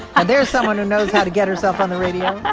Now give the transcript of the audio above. ah there's someone who knows how to get herself on the radio